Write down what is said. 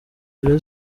rayon